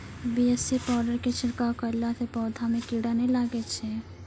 BAC powder के छिड़काव करला से पौधा मे कीड़ा नैय लागै छै?